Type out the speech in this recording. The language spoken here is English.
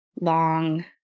long